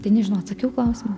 tai nežinau atsakiau į klausimą